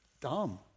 dumb